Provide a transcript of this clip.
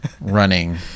running